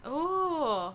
oh